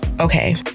Okay